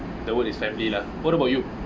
the word is family lah what about you